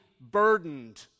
burdened